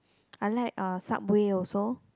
I like uh Subway also